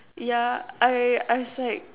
yeah I I was like